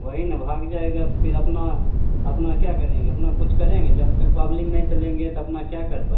वही ना भाग जाएगा तो फिर अपना अपना क्या करेंगे अपना कुछ करेंगे जब तक पब्लिक नहीं चलेंगे तो अपना क्या कर पाएँ